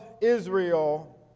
Israel